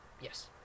Yes